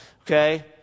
Okay